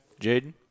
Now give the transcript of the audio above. Jaden